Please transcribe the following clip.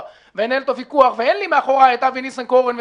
ואנהל איתו ויכוח ואין לי מאחוריי את אבי ניסנקורן,